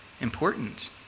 important